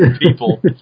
people